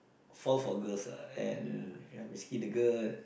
fall for girls ah and basically the girl